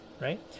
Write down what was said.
right